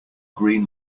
green